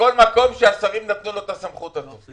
בכל מקום שהשרים נתנו לו את הסמכות הזאת.